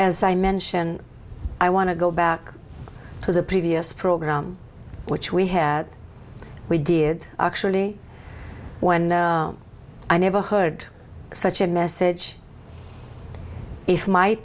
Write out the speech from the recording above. as i mention i want to go back to the previous program which we had we did actually when i never heard such a message if my